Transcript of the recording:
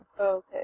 okay